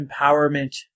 empowerment